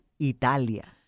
Italia